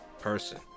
person